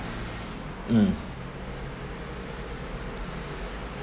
mm